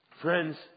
Friends